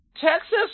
Texas